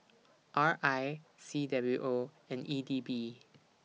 R I C W O and E D B